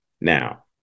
now